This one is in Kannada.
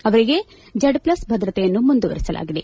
ಅವರಿಗೆ ಜೆಡ್ಪ್ಲಸ್ ಭದ್ರತೆಯನ್ನು ಮುಂದುವರಿಸಲಾಗಿದೆ